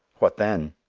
what then?